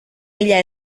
mila